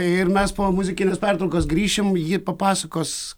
ir mes po muzikinės pertraukos grįšim ji papasakos